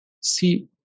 See